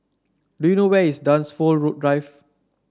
do you know where is Dunsfold Drive